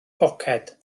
poced